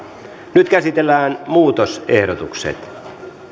nyt käsitellään muutosehdotukset